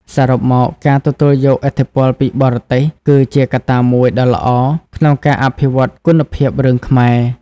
សរុបមក ការទទួលយកឥទ្ធិពលពីបរទេស គឺជាកត្តាមួយដ៏ល្អក្នុងការអភិវឌ្ឍគុណភាពរឿងខ្មែរ។